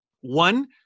One